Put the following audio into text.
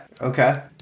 okay